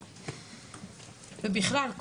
ובכלל,